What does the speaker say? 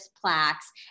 plaques